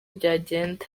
byagenda